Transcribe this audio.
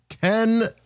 Ken